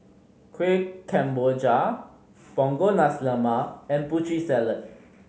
Kuih Kemboja Punggol Nasi Lemak and Putri Salad